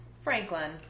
Franklin